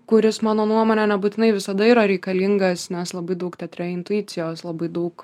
kuris mano nuomone nebūtinai visada yra reikalingas nes labai daug teatre intuicijos labai daug